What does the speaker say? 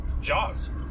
Jaws